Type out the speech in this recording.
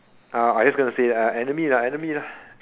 uh I just gonna say uh enemy lah enemy lah